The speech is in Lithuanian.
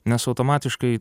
nes automatiškai